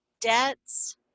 debts